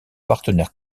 partenaire